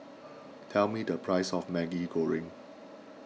tell me the price of Maggi Goreng